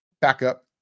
backup